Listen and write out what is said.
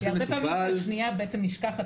הנושא מטופל --- כי הרבה פעמים השנייה בעצם נשכחת,